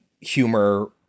humor